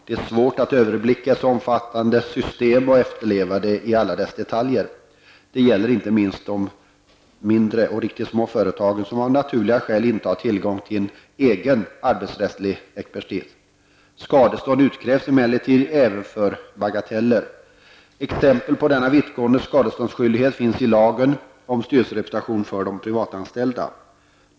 Det är svårt att överblicka ett så omfattande regelsystem och efterleva det i alla dess detaljer. Det gäller inte minst de mindre och riktigt små företagen, som av naturliga skäl inte har tillgång till egen arbetsrättslig expertis. Skadestånd utkrävs emellertid även för bagateller. Exempel på denna vittgående skadeståndsskyldighet finns i lagen om styrelserepresentation för de privatanställda.